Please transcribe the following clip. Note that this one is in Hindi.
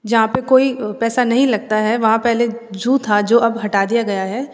जहाँ पे कोई पैसा नहीं लगता है वहाँ पहले ज़ू था जो अब हटा दिया गया है